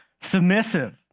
submissive